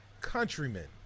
countrymen